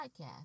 podcast